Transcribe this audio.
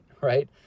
right